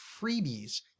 freebies